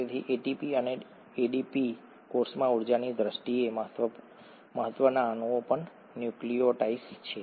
તેથી એટીપી અને એડીપી કોષમાં ઊર્જાની દ્રષ્ટિએ મહત્ત્વના અણુઓ પણ ન્યુક્લિઓટાઇડ્સ છે